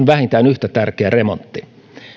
vähintään yhtä tärkeä remontti